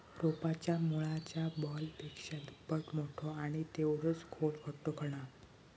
रोपाच्या मुळाच्या बॉलपेक्षा दुप्पट मोठो आणि तेवढोच खोल खड्डो खणा